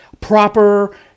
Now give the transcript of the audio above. proper